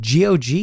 GOG